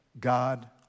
God